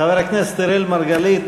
חבר הכנסת אראל מרגלית,